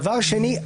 דבר שני,